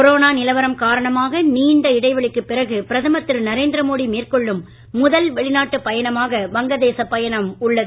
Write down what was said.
corona நிலவரம் காரணமாக நீண்ட இடைவெளிக்கு பிறகுஅ பிரதமர் திரு நரேந்திர மோடி மேற்கொள்ளும் முதல் வெளிநாட்டு பயணமாக வங்க தேசப் பயணம் உள்ளது